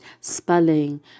Spelling